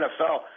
NFL